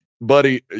Buddy